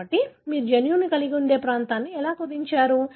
కాబట్టి మీరు జన్యువును కలిగి ఉండే ప్రాంతాన్ని ఎలా కుదించారు